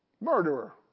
Murderer